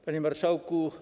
Panie Marszałku!